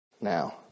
Now